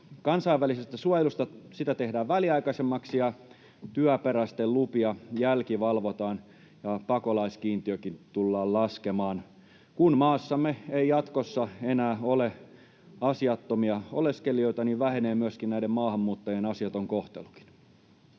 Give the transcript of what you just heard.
Kansainvälistä suojelua tehdään väliaikaisemmaksi, ja työperäisten lupia jälkivalvotaan. Pakolaiskiintiökin tullaan laskemaan. Kun maassamme ei jatkossa enää ole asiattomia oleskelijoita, niin vähenee myöskin näiden maahanmuuttajien asiaton kohtelu.